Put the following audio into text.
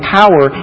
power